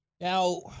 Now